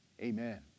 Amen